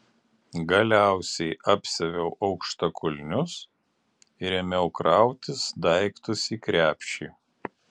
galiausiai apsiaviau aukštakulnius ir ėmiau krautis daiktus į krepšį